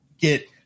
get